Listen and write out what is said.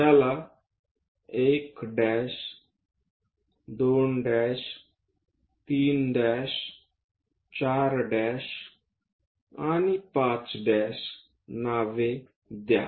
त्याला 1 2 3 4 आणि 5 नाव द्या